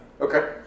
Okay